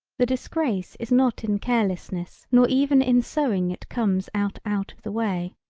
the disgrace is not in carelessness nor even in sewing it comes out out of the way.